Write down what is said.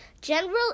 General